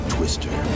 Twister